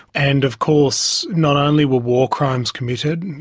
and of course not only were war crimes committed,